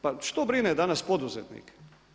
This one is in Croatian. Pa što brine danas poduzetnike?